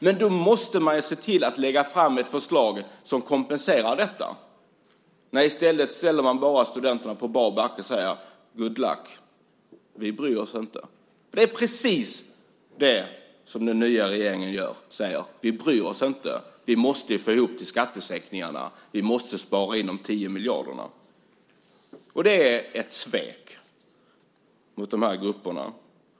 Men då måste man se till att lägga fram ett förslag som kompenserar för detta i stället för att ställa studenterna på bar backe och säga: Good luck , vi bryr oss inte. För det är precis vad den nya regeringen säger: Vi bryr oss inte. Vi måste få ihop till skattesänkningarna. Vi måste spara in de 10 miljarderna. Det är ett svek mot de här grupperna.